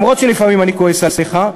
גם אם לפעמים אני כועס עליך,